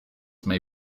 may